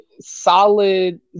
solid